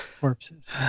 corpses